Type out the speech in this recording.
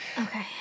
okay